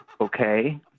Okay